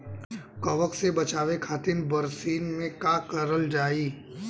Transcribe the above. कवक से बचावे खातिन बरसीन मे का करल जाई?